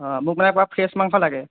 হা মোক মানে পূৰা ফ্ৰেছ মাংস লাগে